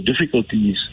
difficulties